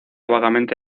vagamente